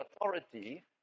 authority